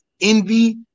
envy